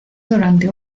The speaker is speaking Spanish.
durante